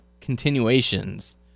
continuations